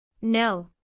No